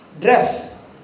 dress